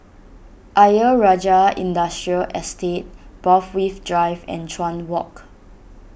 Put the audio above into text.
Ayer Rajah Industrial Estate Borthwick Drive and Chuan Walk